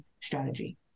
strategy